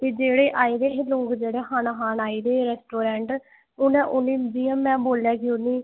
ते जेह्ड़े आए दे हे लोग जेह्ड़े खाना खान आए दे हे रेस्टोरैंट उ'नें उ'नें गी जि'यां में बोल्लेआ जे उ'नें ई